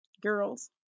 Girls